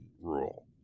rule